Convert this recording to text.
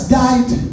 died